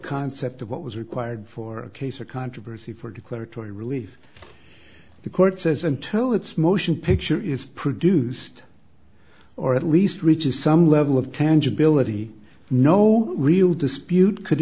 concept of what was required for a case or controversy for declaratory relief the court says until its motion picture is produced or at least reaches some level of tangibility no real dispute could